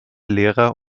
lehrer